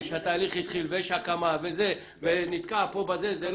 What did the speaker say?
שהתהליך התחיל ויש הקמה ונתקע פה בדרך,